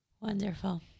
Wonderful